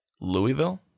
Louisville